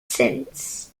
since